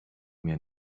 mir